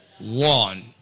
One